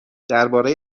درباره